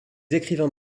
écrivains